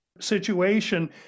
situation